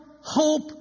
hope